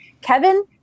Kevin